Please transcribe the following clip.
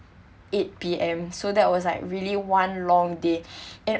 eight P_M so that was like really one long day and